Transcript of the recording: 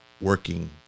working